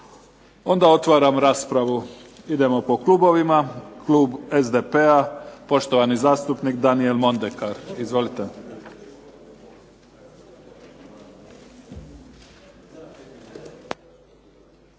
Onda otvaram raspravu. Idemo po klubovima. Klub SDP-a, poštovani zastupnik Danijel Mondekar. Izvolite.